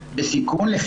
בסיכון.